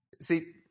See